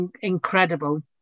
incredible